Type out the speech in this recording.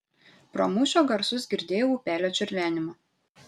pro mūšio garsus girdėjau upelio čiurlenimą